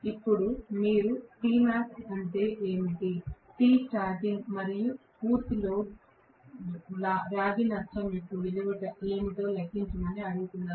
ఇప్పుడు మీరు Tmax అంటే ఏమిటి Tstarting మరియు పూర్తి లోడ్ రాగి నష్టం యొక్క విలువ ఏమిటో లెక్కించమని అడుగుతున్నారు